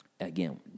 again